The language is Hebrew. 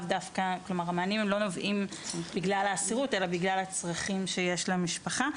המענים לא נובעים בגלל המאסר אלא בגלל הצרכים שיש למשפחה.